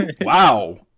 Wow